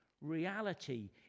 reality